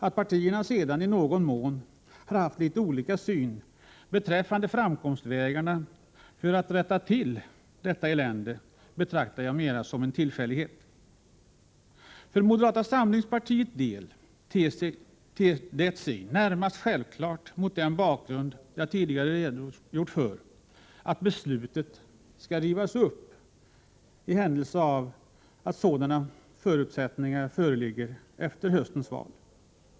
Att partierna sedan i någon mån har haft litet olika syn beträffande framkomstvägarna för att rätta till detta elände betraktar jag mera som en tillfällighet. För moderata samlingspartiets del ter det sig närmast självklart mot den bakgrund som jag tidigare har redogjort för att beslutet skall rivas upp i händelse av att sådana förutsättningar föreligger efter höstens val.